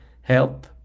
help